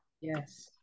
yes